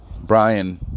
Brian